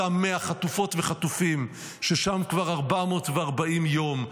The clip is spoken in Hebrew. אותם 100 חטופות וחטופים ששם כבר 440 יום,